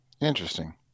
Interesting